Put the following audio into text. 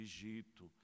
Egito